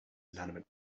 inanimate